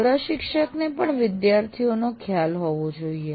પ્રશિક્ષકને પણ વિદ્યાર્થીઓનો ખ્યાલ હોવો જોઈએ